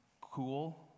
cool